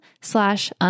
slash